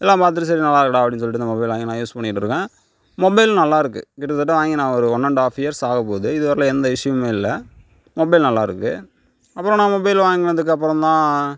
எல்லாம் பார்த்துட்டு சரி நல்லாருக்குடா அப்படின்னு சொல்லிட்டு நம்ம போய் நான் யூஸ் பண்ணிகிட்டுருக்கேன் மொபைல் நல்லாயிருக்கு கிட்டத்தட்ட வாங்கி நான் ஒரு ஒன் அண்ட் ஹாஃப் இயர்ஸ் ஆகபோகுது இதுவரைலையும் எந்த இஷ்யூமே இல்லை மொபைல் நல்லாயிருக்கு அப்புறோம் நான் மொபைல் வாங்கினதுக்கப்பறோம் தான்